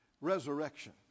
resurrection